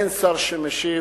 אין שר שמשיב.